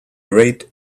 rate